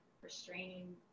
restraining